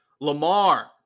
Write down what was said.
Lamar